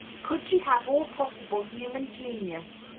could she have all possible human genius,